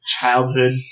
childhood